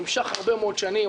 נמשך הרבה מאוד שנים,